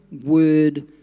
word